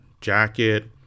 jacket